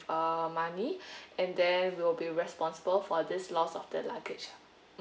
money and then we'll be responsible for this loss of the luggage uh